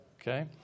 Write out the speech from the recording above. Okay